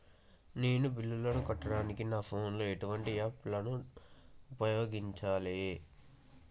నేను బిల్లులను కట్టడానికి నా ఫోన్ లో ఎటువంటి యాప్ లను ఉపయోగించాలే?